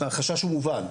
החשש הוא מובן,